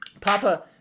Papa